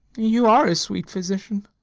you are a sweet physician.